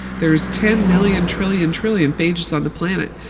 there's ten million-trillion-trillion phages on the planet.